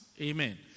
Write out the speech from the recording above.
Amen